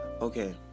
Okay